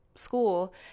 school